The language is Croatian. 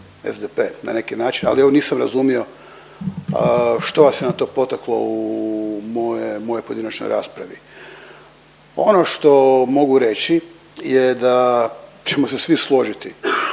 SDP na neki način. Ali evo nisam razumio što vas je na to potaklo u moje, mojoj pojedinačnoj raspravi. Ono što mogu reći je da ćemo se svi složiti